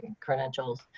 credentials